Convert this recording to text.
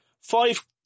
five